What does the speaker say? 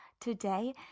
today